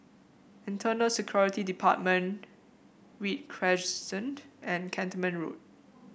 Internal Security Department Read Crescent and Cantonment Road